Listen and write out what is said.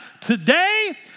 today